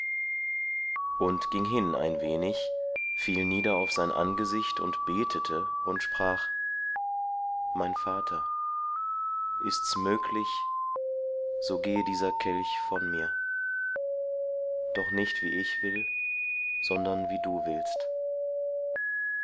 und ging hin ein wenig fiel nieder auf sein angesicht und betete und sprach mein vater ist's möglich so gehe dieser kelch von mir doch nicht wie ich will sondern wie du willst